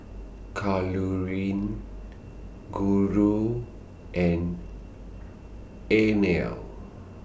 Kalluri Guru and Anil